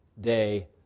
day